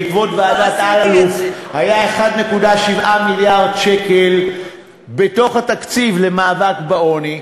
בעקבות ועדת אלאלוף היו 1.7 מיליארד שקל בתקציב למאבק בעוני,